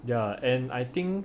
ya and I think